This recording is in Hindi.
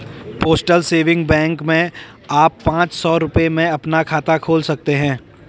पोस्टल सेविंग बैंक में आप पांच सौ रूपये में अपना खाता खोल सकते हैं